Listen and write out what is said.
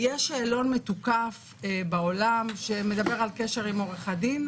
יש שאלון מתוקף בעולם שמדבר על קשר עם עורך הדין,